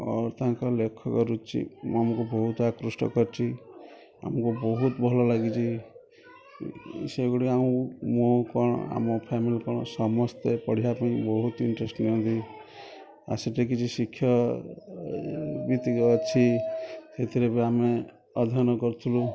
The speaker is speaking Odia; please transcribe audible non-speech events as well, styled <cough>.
ଆଉ ତାଙ୍କ ଲେଖକ ରୁଚି ଆମକୁ ବହୁତ ଆକୃଷ୍ଟ କରିଛି ଆମକୁ ବହୁତ ଭଲ ଲାଗିଛି ସେଗୁଡ଼ିକ <unintelligible> ମୁଁ କ'ଣ ଆମ ଫାମିଲି କ'ଣ ସମସ୍ତେ ପଢ଼ିବା ପାଇଁ ବହୁତ ଇଣ୍ଟ୍ରେଷ୍ଟ ନିଅନ୍ତି ଆଉ ସେଠି କିଛି ଶିକ୍ଷା ଭିତ୍ତିକ ଅଛି ସେଥିରେ ବି ଆମେ ଅଧ୍ୟୟନ କରୁଥିଲୁ